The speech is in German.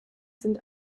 sind